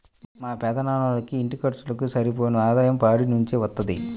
మా పెదనాన్నోళ్ళకి ఇంటి ఖర్చులకు సరిపోను ఆదాయం పాడి నుంచే వత్తది